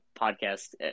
podcast